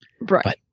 right